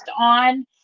on